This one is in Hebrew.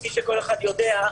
כפי שכל אחד יודע,